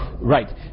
right